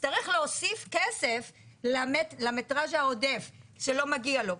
יצטרך להוסיף כסף למטראז' העודף שלא מגיע לו.